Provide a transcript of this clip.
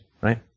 right